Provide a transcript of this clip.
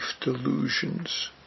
delusions